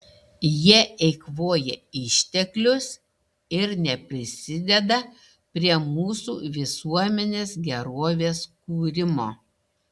jie eikvoja išteklius ir neprisideda prie mūsų visuomenės gerovės kūrimo